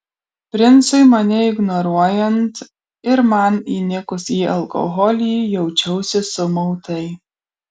princui mane ignoruojant ir man įnikus į alkoholį jaučiausi sumautai